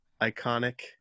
iconic